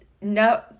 no